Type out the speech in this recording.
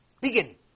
Begin